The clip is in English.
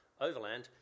overland